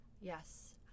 Yes